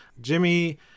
Jimmy